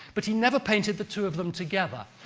but he never painted the two of them together.